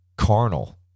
carnal